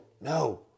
no